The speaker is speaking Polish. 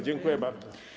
Dziękuję bardzo.